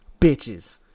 bitches